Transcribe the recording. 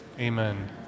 Amen